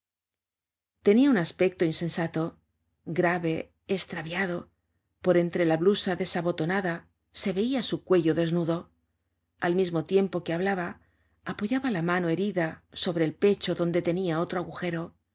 tenia un aspecto insensato grave estraviado por entre la blusa desabotonada se veia su cuello desnudo al mismo tiempo que hablaba apoyaba la mano herida sobre el pecho donde tenia otro agujero